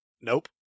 Nope